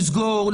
לסגור,